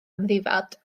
amddifad